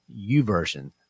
uversion